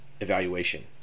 evaluation